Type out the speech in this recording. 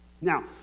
Now